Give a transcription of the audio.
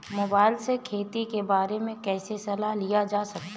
Mobile से खेती के बारे कैसे सलाह लिया जा सकता है?